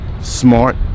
smart